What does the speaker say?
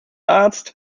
arzt